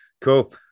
cool